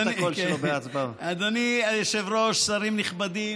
בעד, אפס מתנגדים,